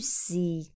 see